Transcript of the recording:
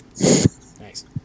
Nice